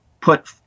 put